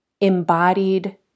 embodied